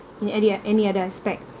in any oth~ any other aspect